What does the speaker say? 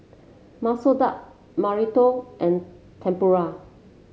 Masoor Dal and Tempura